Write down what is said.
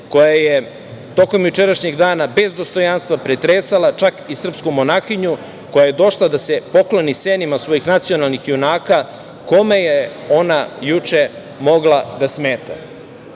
koja je tokom jučerašnjeg dana bez dostojanstva pretresala čak i srpsku monahinju koja je došla da se pokloni senima svojih nacionalnih junaka. Kome je juče ona mogla da smeta?